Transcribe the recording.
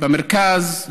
במרכז,